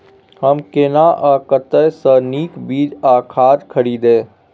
हम केना आ कतय स नीक बीज आ खाद खरीदे?